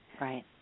Right